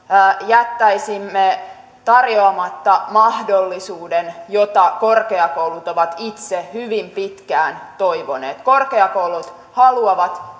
jättäisimme tarjoamatta mahdollisuuden jota korkeakoulut ovat itse hyvin pitkään toivoneet korkeakoulut haluavat